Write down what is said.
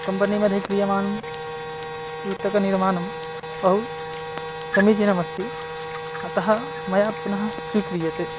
कम्पनीमध्ये क्रियमाणं युतकनिर्माणं बहु समीचीनमस्ति अतः मया पुनः स्वीक्रियते